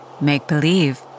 make-believe